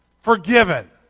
forgiven